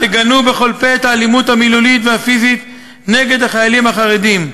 תגנו בכל פה את האלימות המילולית והפיזית נגד החיילים החרדים,